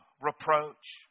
reproach